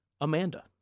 Amanda